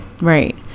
right